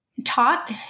taught